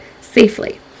safely